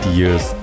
years